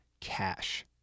cash